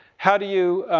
how do you,